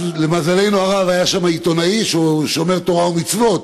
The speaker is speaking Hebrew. ולמזלנו הרב היה שם עיתונאי שהוא שומר תורה ומצוות,